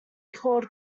called